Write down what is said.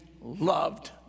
loved